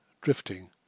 drifting